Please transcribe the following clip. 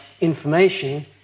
information